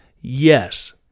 Yes